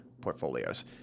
portfolios